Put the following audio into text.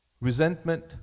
Resentment